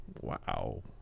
wow